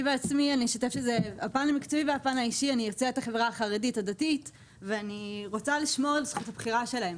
אני יוצאת החברה החרדית הדתית ואני רוצה לשמור על זכות הבחירה שלהם.